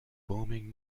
booming